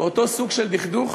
באותו סוג של דכדוך,